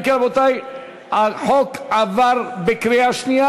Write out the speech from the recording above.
אם כן, רבותי, החוק עבר בקריאה שנייה.